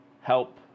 help